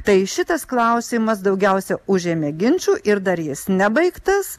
tai šitas klausimas daugiausia užėmė ginčų ir dar jis nebaigtas